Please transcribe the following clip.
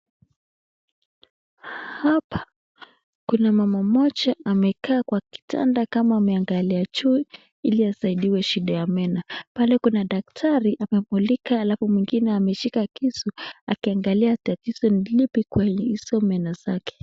Hapa Kuna mama moja amekaa Kwa kitanda kama ameangalia juu asaidiwe shida ya meno pale Kuna daktari anamulika na mwingine ameshika kisu akiangalia tatizo tinu kweli hizo meno zake.